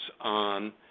on